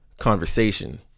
conversation